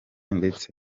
ndetse